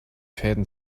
fäden